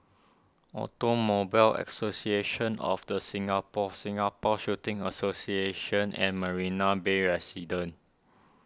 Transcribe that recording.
Automobile Association of the Singapore Singapore Shooting Association and Marina Bay Residences